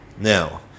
Now